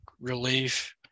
relief